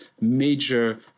major